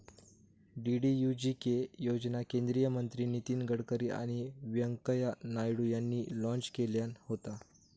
DDUGK योजना केंद्रीय मंत्री नितीन गडकरी आणि व्यंकय्या नायडू यांनी लॉन्च केल्यान होता